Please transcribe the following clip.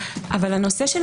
אבל הנושא של